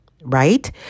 right